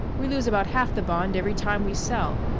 we lose about half the bond every time we sell.